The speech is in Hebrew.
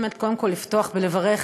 נוכחת ומעוניינת לדבר.